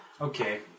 Okay